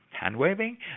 hand-waving